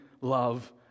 love